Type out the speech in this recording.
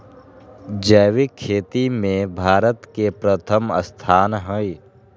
जैविक खेती में भारत के प्रथम स्थान हई